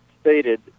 stated